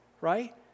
right